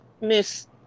Miss